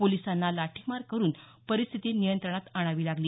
पोलिसांना लाठीमार करून परिस्थिती नियंत्रणात आणावी लागली